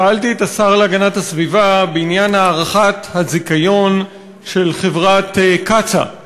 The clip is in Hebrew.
שאלתי את השר להגנת הסביבה בעניין הארכת הזיכיון של חברת קצא"א.